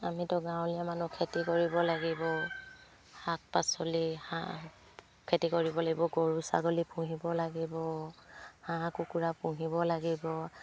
আমিতো গাঁৱলীয়া মানুহ খেতি কৰিব লাগিব শাক পাচলি হাঁহ খেতি কৰিব লাগিব গৰু ছাগলী পুহিব লাগিব হাঁহ কুকুৰা পুহিব লাগিব